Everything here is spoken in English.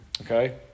Okay